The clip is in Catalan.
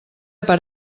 per